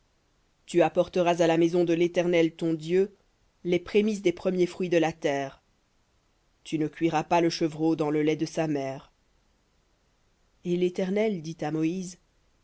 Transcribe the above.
tu apporteras à la maison de l'éternel ton dieu les prémices des premiers fruits de ta terre tu ne cuiras pas le chevreau dans le lait de sa mère v